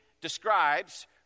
describes